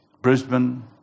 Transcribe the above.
Brisbane